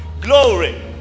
glory